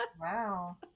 Wow